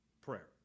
prayer